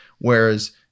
Whereas